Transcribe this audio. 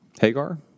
Hagar